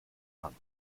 hand